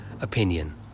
opinion